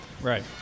Right